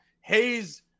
Hayes